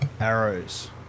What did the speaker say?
arrows